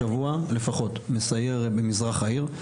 אני מדי שבוע לפחות מסייר במזרח העיר.